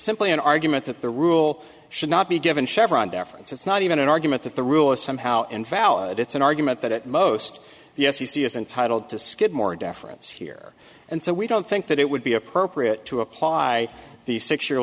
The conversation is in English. simply an argument that the rule should not be given chevron deference it's not even an argument that the rule is somehow invalid it's an argument that at most yes you see is entitled to skidmore deference here and so we don't think that it would be appropriate to apply the six year